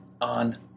on